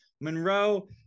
Monroe